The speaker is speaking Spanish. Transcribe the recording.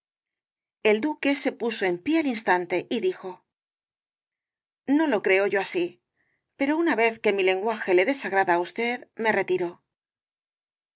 el duque se puso en pie al instante y dijo no lo creo yo así pero una vez que mi lenguaje le desagrada á usted me retiro